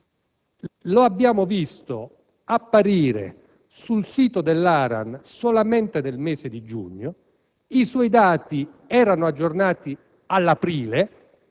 lo abbiamo visto apparire sul sito dell'ARAN solamente nel mese di giugno; i suoi dati erano aggiornati all'aprile